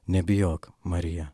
nebijok marija